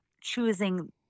choosing